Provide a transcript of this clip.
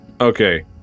Okay